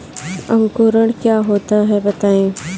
अंकुरण क्या होता है बताएँ?